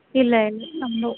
ಇಲ್ಲ ಇಲ್ಲ ನಮ್ದು